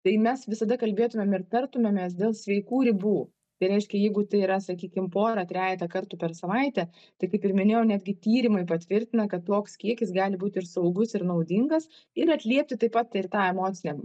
tai mes visada kalbėtumėm ir tartumėmės dėl sveikų ribų tai reiškia jeigu tai yra sakykim porą trejetą kartų per savaitę tai kaip ir minėjau netgi tyrimai patvirtina kad toks kiekis gali būti ir saugus ir naudingas ir atliepti taip pat ir tą emocinę